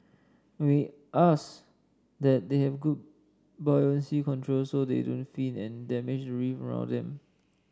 we ask that they have good buoyancy control so they don't fin and damage reef around them